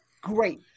Great